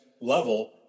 level